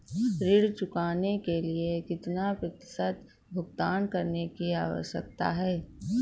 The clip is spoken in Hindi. ऋण चुकाने के लिए कितना प्रतिशत भुगतान करने की आवश्यकता है?